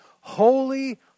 Holy